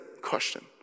question